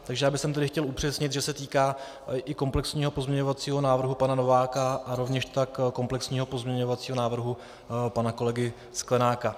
Takže já bych chtěl tedy upřesnit, že se týká i komplexního pozměňovacího návrhu pana Nováka a rovněž tak komplexního pozměňovacího návrhu pana kolegy Sklenáka.